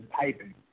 typing